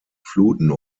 fluten